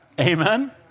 Amen